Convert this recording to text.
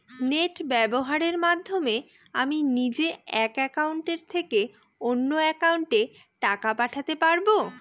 Net ব্যবহারের মাধ্যমে আমি নিজে এক অ্যাকাউন্টের থেকে অন্য অ্যাকাউন্টে টাকা পাঠাতে পারব?